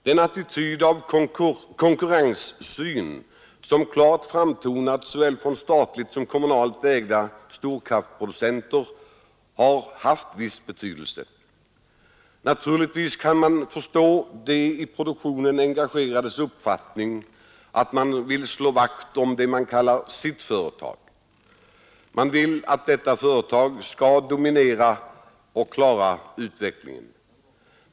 Den attityd av konkurrenssyn som klart framtonat från såväl statligt som kommunalt ägda storkraftproducenter har haft viss betydelse. Naturligtvis kan vi förstå de i produktionen engagerades uppfattning att man vill slå vakt om det man kallar sitt företag. Man vill att detta företag skall dominera och klara utvecklingen.